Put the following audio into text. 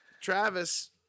Travis